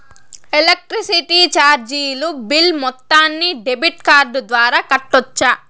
Electricity చార్జీలు bill మొత్తాన్ని debit card ద్వారా కట్టొచ్చా?